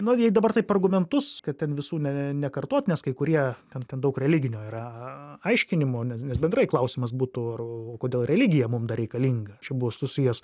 nu jei dabar taip argumentus kad ant visų ne nekartot nes kai kurie ten daug religinio yra aiškinimo nes nes bendrai klausimas būtų ar o kodėl religija mum dar reikalinga čia buvo susijęs